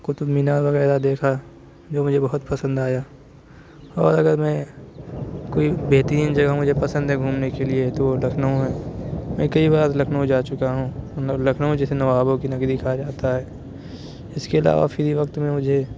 قطب مینار وغیرہ دیکھا جو مجھے بہت پسند آیا اور اگر میں کوئی بہترین جگہ مجھے پسند ہے گھومنے كے لیے تو وہ لكھنؤ ہے میں كئی بار لكھنؤ جا چُكا ہوں لكھنؤ جسے نوابوں كی نگری كہا جاتا ہے اِس كے علاوہ فری وقت میں مجھے